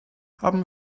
haben